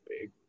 big